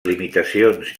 limitacions